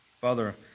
Father